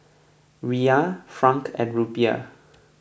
Riyal Franc and Rupiah